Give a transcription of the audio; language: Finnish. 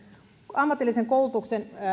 ammatillisen koulutuksen